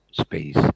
space